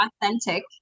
authentic